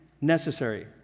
necessary